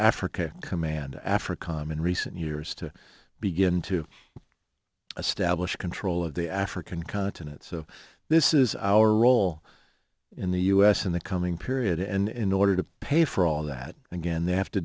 africa command afrikan in recent years to to begin establish control of the african continent so this is our role in the u s in the coming period and in order to pay for all that again they have to